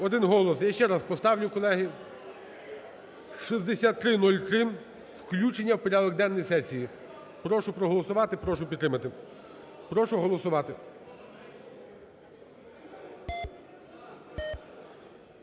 Один голос! Я ще раз поставлю, колеги, 6303, включення у порядок денний сесії. Прошу проголосувати, прошу підтримати. Прошу голосувати.